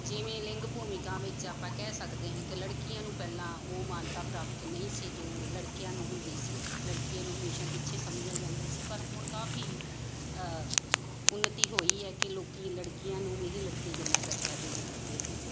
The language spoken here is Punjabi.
ਜਿਵੇਂ ਲਿੰਗ ਭੂਮਿਕਾ ਵਿੱਚ ਆਪਾਂ ਕਹਿ ਸਕਦੇ ਹਾਂ ਕਿ ਲੜਕੀਆਂ ਨੂੰ ਪਹਿਲਾਂ ਉਹ ਮਾਨਤਾ ਪ੍ਰਾਪਤ ਨਹੀਂ ਸੀ ਜੋ ਲੜਕਿਆਂ ਨੂੰ ਹੁੰਦੀ ਸੀ ਲੜਕੀਆਂ ਨੂੰ ਹਮੇਸ਼ਾ ਪਿੱਛੇ ਸਮਝਿਆ ਜਾਂਦਾ ਸੀ ਪਰ ਹੁਣ ਕਾਫੀ ਉੱਨਤੀ ਹੋਈ ਹੈ ਕਿ ਲੋਕੀਂ ਲੜਕੀਆਂ ਨੂੰ ਵੀ ਲੜਕੇ ਜਿੰਨਾ ਦਰਜਾ ਦੇਣ ਲੱਗ ਪਏ ਹਨ